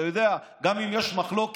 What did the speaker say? אתה יודע, גם אם יש מחלוקת,